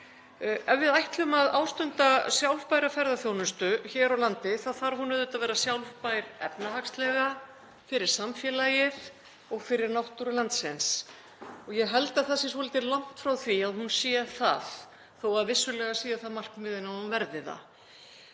Ef við ætlum að ástunda sjálfbæra ferðaþjónustu hér á landi þá þarf hún auðvitað að vera sjálfbær efnahagslega fyrir samfélagið og fyrir náttúru landsins. Ég held að það sé svolítið langt frá því að hún sé það þó að vissulega sé það markmiðið að hún verði það.